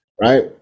right